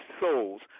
souls